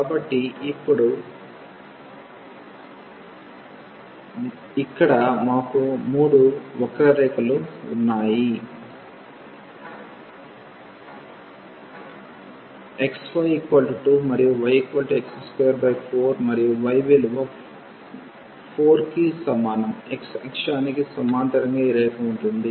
కాబట్టి ఇప్పుడు ఇక్కడ మాకు 3 వక్రరేఖలు ఉన్నాయి xy 2 మరియు yx24 మరియు y విలువ 4 కి సమానం x అక్షానికి సమాంతరంగా ఈ రేఖ ఉంటుంది